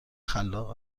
خلاق